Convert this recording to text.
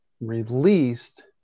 released